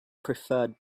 preferred